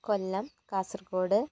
Kollam Kasaragod